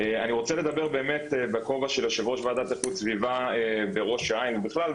אני רוצה לדבר באמת בכובע של יושב ראש ועדת איכות סביבה בראש העין בכלל,